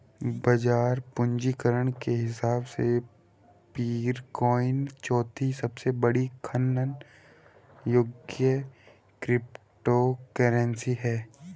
बाजार पूंजीकरण के हिसाब से पीरकॉइन चौथी सबसे बड़ी खनन योग्य क्रिप्टोकरेंसी है